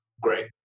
Great